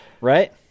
right